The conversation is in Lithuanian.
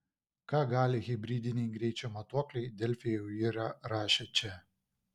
ką gali hibridiniai greičio matuokliai delfi jau yra rašę čia